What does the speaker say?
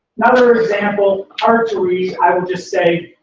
another example, hard to read, i will just say.